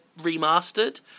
Remastered